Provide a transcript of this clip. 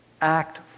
Act